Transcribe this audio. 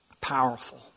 Powerful